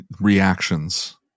reactions